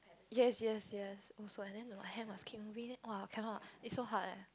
yes yes yes also and then the hand must keep moving !wah! cannot it's so hard